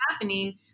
happening